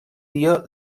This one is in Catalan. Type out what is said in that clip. dia